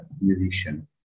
musician